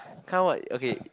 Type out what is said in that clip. count what okay